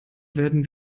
werden